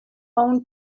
own